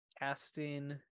casting